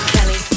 Kelly